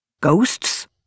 Ghosts